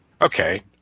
Okay